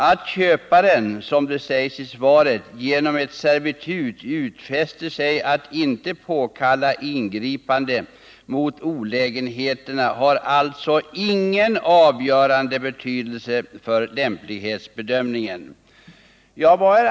Att köparen genom ett servitut utfäster sig att inte påkalla ingripande mot olägenheterna har alltså, som framgår av svaret, ingen avgörande betydelse för lämplighetsbedömningen.